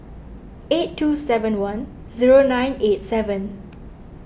eight two seven one zero nine eight seven